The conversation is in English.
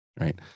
Right